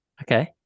Okay